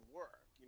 work